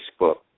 Facebook